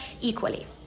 equally